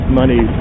money